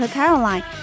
Caroline